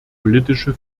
politische